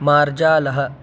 मार्जालः